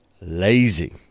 lazy